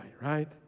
right